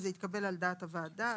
וזה התקבל על דעת הוועדה,